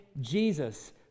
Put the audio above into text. Jesus